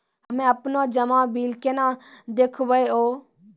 हम्मे आपनौ जमा बिल केना देखबैओ?